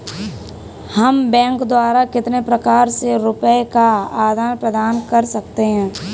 हम बैंक द्वारा कितने प्रकार से रुपये का आदान प्रदान कर सकते हैं?